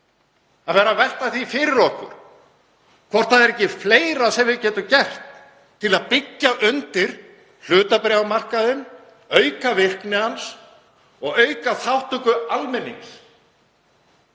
fremur að velta því fyrir okkur hér hvort það er ekki fleira sem við getum gert til að byggja undir hlutabréfamarkaðinn, auka virkni hans og auka þátttöku almennings